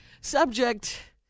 Subject